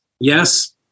yes